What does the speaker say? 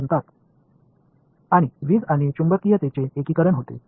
மின்சாரம் மற்றும் காந்தவியல் ஆகியவற்றின் ஒருங்கிணைப்பு நடக்கிறது